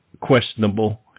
questionable